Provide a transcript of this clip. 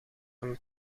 een